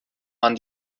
man